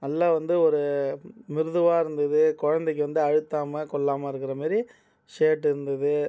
நல்ல வந்து ஒரு மிருதுவாக இருந்தது குழந்தைக்கு வந்து அழுத்தாமல் கொள்ளாமல் இருக்கிற மாரி ஷர்ட் இருந்தது